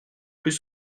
plus